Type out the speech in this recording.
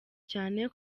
cyane